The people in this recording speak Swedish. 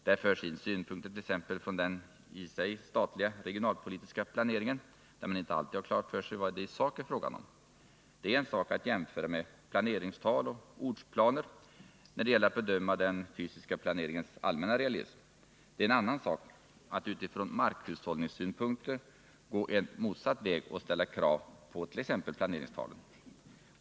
Där förs in synpunkter t.ex. från den i sig statliga regionalpolitiska planeringen, där man inte alltid har klart för sig vad det i sak är fråga om. Det är en sak att jämföra med planeringstal och ortsplaner när det gäller att bedöma den fysiska planeringens allmänna realism. Det är en annan sak att utifrån markhushållningssynpunkter gå en motsatt väg och ställa krav på t.ex. planeringstalen.